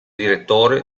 direttore